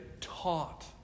taught